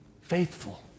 faithful